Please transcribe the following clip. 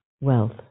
wealth